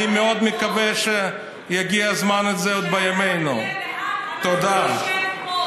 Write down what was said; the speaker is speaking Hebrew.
אנחנו היינו פה ואנחנו נישאר פה.